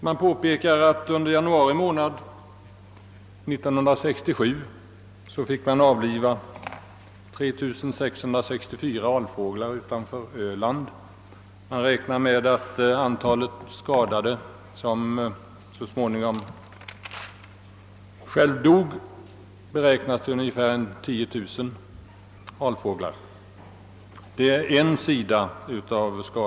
Det påpekas att under januari månad 1967 måste man avliva 3 664 alfåglar utanför Öland, och det beräknas att totala antalet avlivade och skadade alfåglar, som så småningom självdog på grund av oljeskador, var cirka 10000.